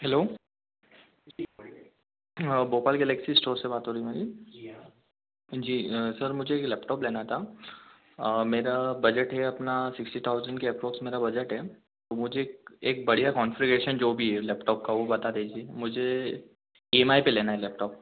hello Bhopal के electric store से बात हो रही मेरी जी सर मुझे एक लेपटॉप लेना था मेरा बजट है अपना सिक्स्टी थाउज़ेंड के अपरोक्स मेरा बजट है तो मुझे एक एक बढ़िया कॉन्फिगरेशन जो भी है लेपटॉप का वो बता दीजिए मुझे ई एम आई पे लेना है लैपटॉप